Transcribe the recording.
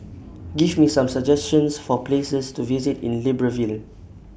Give Me Some suggestions For Places to visit in Libreville